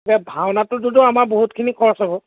এতিয়া ভাওনাটোতো আমাৰ বহুতখিনি খৰচ হ'ব